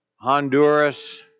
Honduras